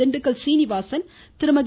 Dindigul Srinivasan Thirumathi